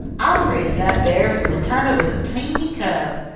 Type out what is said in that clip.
i've raised that bear from the time it was a teeny cub.